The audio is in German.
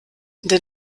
der